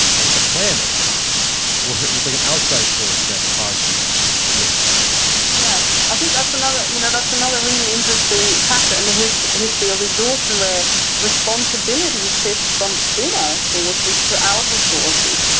like the planets were. it was like an outside source that caused you to be really tired yeah. i think that's another you know that's another really interesting factor in the history history of exhaustion where responsibility shifts from inner sources to outer sources.